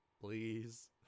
Please